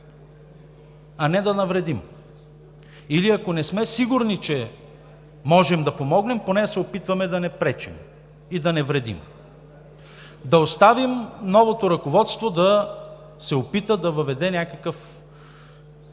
а не да навредим. Или, ако не сме сигурни, че можем да помогнем, поне да се опитваме да не пречим и да не вредим. Да оставим новото ръководство да се опита да въведе някакъв